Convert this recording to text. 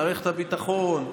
מערכת הביטחון,